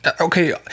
okay